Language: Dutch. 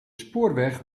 spoorweg